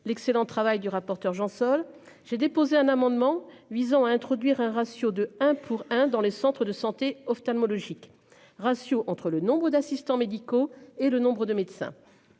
l'excellent travail du rapporteur Jean Sol. J'ai déposé un amendement visant à introduire un ratio de 1 pour 1 dans les centres de santé ophtalmologique ratio entre le nombre d'assistants médicaux, et le nombre de médecins.